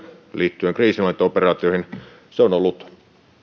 liittyen kriisinhallintaoperaatioihin